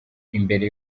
imbere